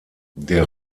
der